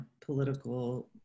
political